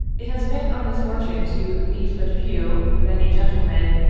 it has been our misfortune to meet but few, if any, gentlemen,